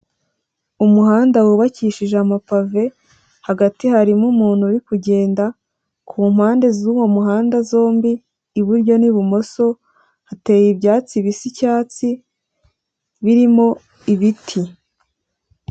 Umuhanda wubakishije amapave, hagati harimo umuntu uri kugenda, kumpande z'uwo muhanda zombi iburyo n'ibumoso, hateye ibyatsi bisa icyatsi, birimo ibiti.